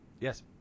yes